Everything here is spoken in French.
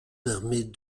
permet